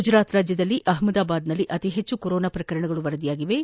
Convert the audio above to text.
ಗುಜರಾತ್ನಲ್ಲಿ ಅಹಮದಾಬಾದ್ನಲ್ಲಿ ಅತಿ ಹೆಚ್ಚು ಕೊರೊನಾ ಪ್ರಕರಣಗಳು ವರದಿಯಾಗಿದ್ದು